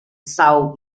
são